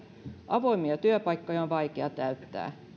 avoimia työpaikkoja on vaikea täyttää